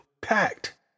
packed